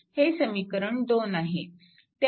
हे समीकरण 2 आहे